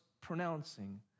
pronouncing